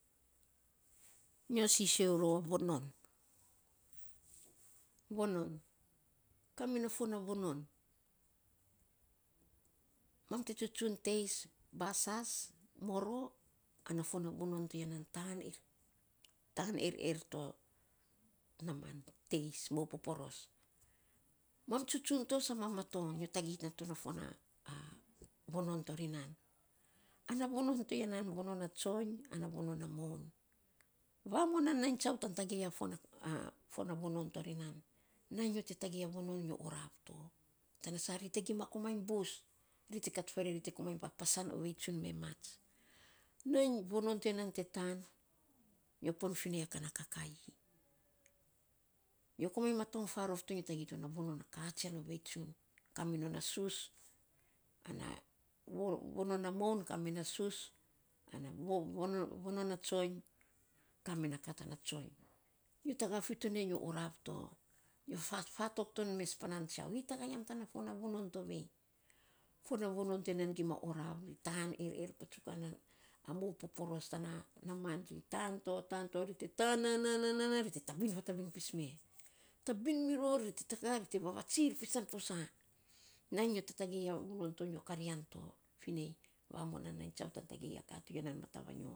Nyo sioso rou vonon, vonon, kame na fuan a vonon mam te tsutsun teis basas, moro ana fuan vonon to ya nan taan er, er, to naaman teis mou poporos. Man tsutsun to sa mam matong nyo tagei nato na fuan na vanon tori nan. Ana vonon to ya nan, vovnon na tsoiny ana vonon na main. Vamoan nan nainy tsiau tan tagei a fuan na vonon to ri nan, nainy nyo te tagei a vonon nyo orav to tana sa ri te kia ma komainy bus ri te kat farei ri te komainy papasan ovei tsun me mats, nainy vonon ti nan tan nyo pon finei ya ka na kakaii nyo komainy matong faarof to, nyo tagei tona vonon a katsian tsun kaminon na sos vonon a moun kame ana sus, ana vonon na tsoiny kame na ka tana tsoiny, nyo taga fi to nei, nyo orav to nyo fatok ton mes panaan tsiau hi taga yam tana fuan a vonon tovei. fuan na vonon tovei kia ma orav, ri tan er, er patsukan mou poporos tana namaan ri tan to ri tan, ri te tan to na na( ) na na ri te tabin fatabin pi me. Tabin mi ror ri te taga ri te vavatsir pis tan posa nainy nyo te tagei ya, nyo nom to nyo nom to karian to vinei vamuan nan nainy tsiau tan tagei kain ka matava nyo.